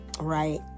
Right